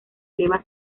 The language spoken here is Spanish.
eleva